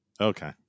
Okay